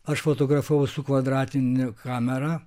aš fotografavau su kvadratine kamera